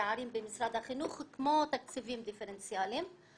הפערים במשרד החינוך כמו תקציבים דיפרנציאליים,